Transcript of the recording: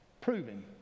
proving